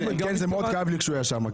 זה מאוד כאב לי כשהוא היה שם.